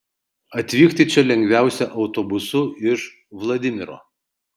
atvykti čia lengviausia autobusu iš vladimiro